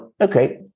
okay